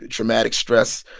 ah traumatic stress,